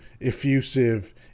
effusive